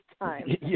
time